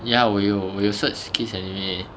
ya 我有我有 search kiss anime